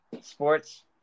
sports